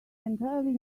entirely